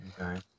Okay